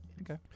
Okay